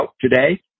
today